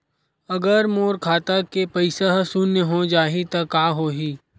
अगर मोर खाता के पईसा ह शून्य हो जाही त का होही?